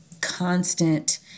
constant